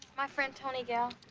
my friend, toni gail.